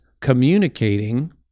communicating